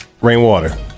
Rainwater